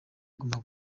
guma